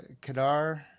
Kadar